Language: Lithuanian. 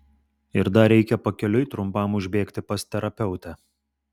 ir dar reikia pakeliui trumpam užbėgti pas terapeutę